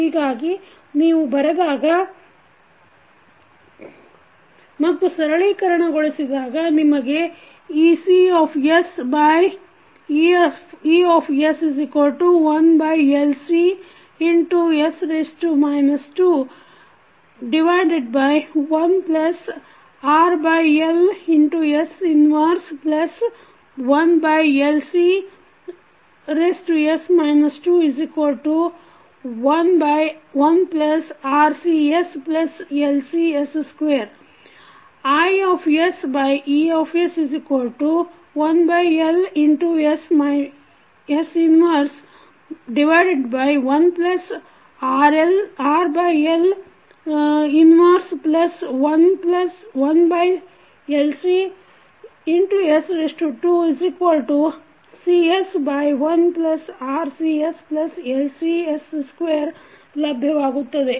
ಹೀಗಾಗಿ ನೀವು ಬರೆದಾಗ ಮತ್ತು ಸರಳೀಕರಣಗೊಳಿಸಿದಾಗ ನಿಮಗೆ EcEs 21RLs 11LCs 211RCsLCs2 IEs 11RLs 11LCs 2Cs1RCsLCs2 ಲಭ್ಯವಾಗುತ್ತದೆ